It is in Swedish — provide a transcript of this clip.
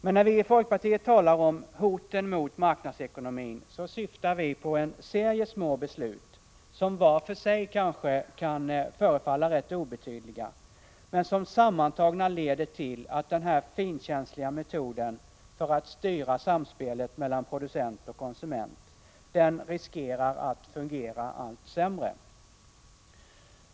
Men när vi i folkpartiet talar om hoten mot marknadsekonomin syftar vi på en serie små beslut, som var för sig kanske kan förefalla rätt obetydliga men som sammantagna leder till att den här finkänsliga metoden för att styra samspelet mellan producent och konsument riskerar att fungera allt sämre.